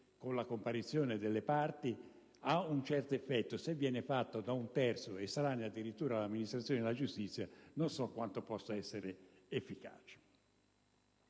con la comparizione delle parti ha un certo effetto; se viene fatta da un terzo, addirittura estraneo all'amministrazione della giustizia, non so quanto possa essere efficace.